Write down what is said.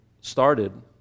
started